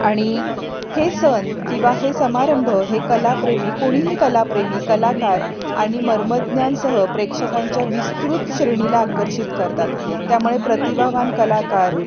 आणि हे सण किंवा हे समारंभ हे कलाप्रेमी कोणीही कलाप्रेमी कलाकार आणि मर्मज्ञानासह प्रेक्षकांच्या विस्तृत श्रेणीला आकर्षित करतात त्यामुळे प्रतिभावान कलाकार